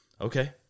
okay